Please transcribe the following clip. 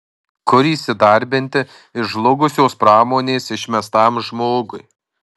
kur įsidarbinti iš žlugusios pramonės išmestam žmogui